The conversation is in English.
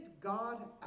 God